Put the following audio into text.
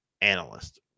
analyst